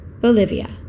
Bolivia